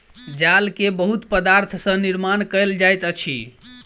जाल के बहुत पदार्थ सॅ निर्माण कयल जाइत अछि